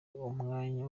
umwanya